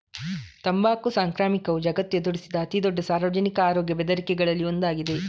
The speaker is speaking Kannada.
ತಂಬಾಕು ಸಾಂಕ್ರಾಮಿಕವು ಜಗತ್ತು ಎದುರಿಸಿದ ಅತಿ ದೊಡ್ಡ ಸಾರ್ವಜನಿಕ ಆರೋಗ್ಯ ಬೆದರಿಕೆಗಳಲ್ಲಿ ಒಂದಾಗಿದೆ